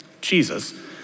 Jesus